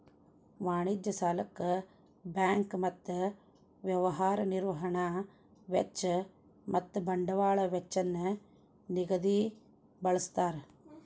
ವಾಣಿಜ್ಯ ಸಾಲಕ್ಕ ಬ್ಯಾಂಕ್ ಮತ್ತ ವ್ಯವಹಾರ ನಿರ್ವಹಣಾ ವೆಚ್ಚ ಮತ್ತ ಬಂಡವಾಳ ವೆಚ್ಚ ನ್ನ ನಿಧಿಗ ಬಳ್ಸ್ತಾರ್